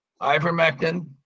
ivermectin